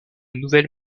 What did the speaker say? nouvelle